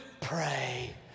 pray